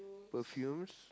perfumes